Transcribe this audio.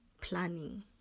planning